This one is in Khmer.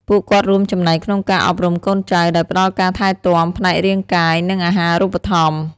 ពួកគាត់រួមចំណែកក្នុងការអប់រំកូនចៅ ដោយផ្តល់ការថែទាំ ផ្នែករាងកាយ និងអាហារូបត្ថម្ភ។